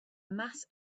mass